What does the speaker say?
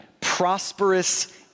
prosperous